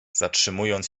zatrzymując